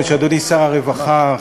אדוני שר הרווחה,